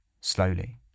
Slowly